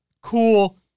cool